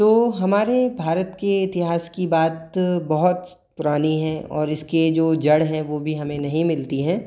तो हमारे भारत के इतिहास की बात बहुत पुरानी है और इसकी जो जड़ हैं वो भी हमें नहीं मिलती है